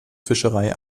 fischerei